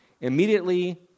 immediately